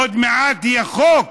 עוד מעט יהיה חוק